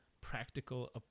practical